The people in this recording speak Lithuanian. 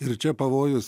ir čia pavojus